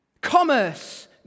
commerce